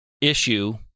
issue